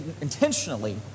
intentionally